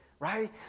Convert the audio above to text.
right